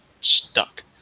stuck